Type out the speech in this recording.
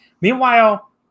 Meanwhile